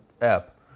app